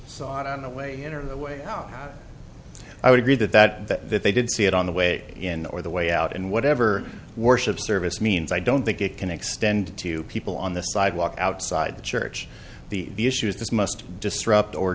sought on the way in or the way out i would read that that that that they did see it on the way in or the way out and whatever worship service means i don't think it can extend to people on the sidewalk outside the church the issue is this must disrupt or